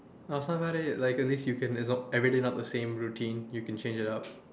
last time like at least now you can swap everyday not the same routine you can change it up